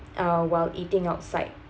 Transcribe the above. while eating outside